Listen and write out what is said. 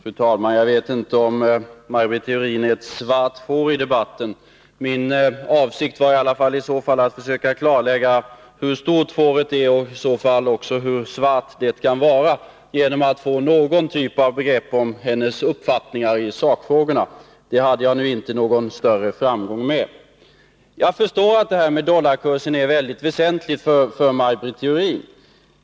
Fru talman! Jag vet inte om Maj Britt Theorin är ett svart får i debatten. Min avsikt var dock i så fall att försöka klarlägga hur stort fåret är och hur svart det kan vara genom att få någon typ av begrepp om hennes uppfattning i sakfrågorna. Det hade jag nu inte någon större framgång med. Jag förstår att dollarkursen är väldigt väsentlig för Maj Britt Theorin.